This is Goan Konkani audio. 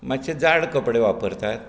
मातशें जाड कपडे वापरतात